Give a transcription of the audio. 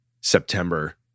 September